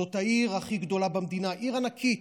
זאת העיר הכי גדולה במדינה, עיר ענקית.